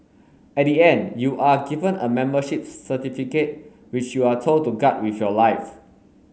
at the end you are given a membership certificate which you are told to guard with your life